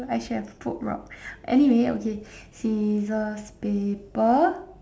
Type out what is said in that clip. I should have put rock anyway okay scissors paper